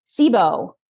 SIBO